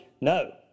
no